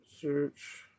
Search